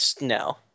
no